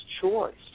choice